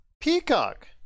Peacock